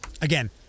Again